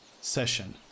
session